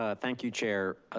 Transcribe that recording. ah thank you chair. ah